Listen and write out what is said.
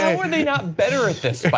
how are they not better at this